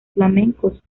flamencos